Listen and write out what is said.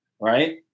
right